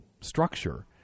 structure